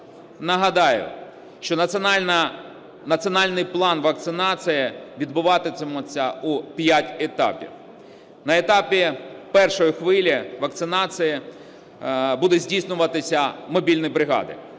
Нагадаю, що Національний план вакцинації відбуватиметься у п'ять етапів. На етапі першої хвилі вакцинація буде здійснюватись мобільними бригадами.